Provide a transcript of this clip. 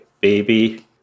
baby